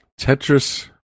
Tetris